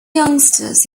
youngsters